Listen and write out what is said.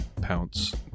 pounce